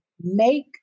make